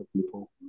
people